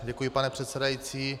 Děkuji, pane předsedající.